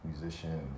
musician